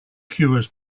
cures